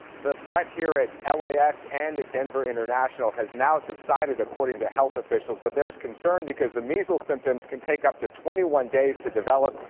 the threat here at l a x. and at denver international has now subsided, according to health officials, but there is concern because the measle symptoms can take up to twenty one days to develop,